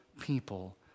people